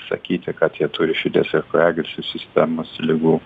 sakyti kad jie turi širdies ir kraujagyslių sistemos ligų